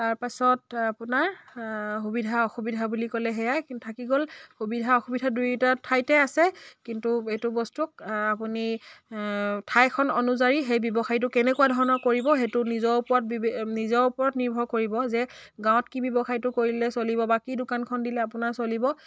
তাৰপাছত আপোনাৰ সুবিধা অসুবিধা বুলি ক'লে সেয়াই কিন্তু থাকি গ'ল সুবিধা অসুবিধা দুয়োটা ঠাইতে আছে কিন্তু এইটো বস্তুক আপুনি ঠাইখন অনুযায়ী সেই ব্যৱসায়টো কেনেকুৱা ধৰণৰ কৰিব সেইটো নিজৰ ওপৰত নিজৰ ওপৰত নিৰ্ভৰ কৰিব যে গাঁৱত কি ব্যৱসায়টো কৰিলে চলিব বা কি দোকানখন দিলে আপোনাৰ চলিব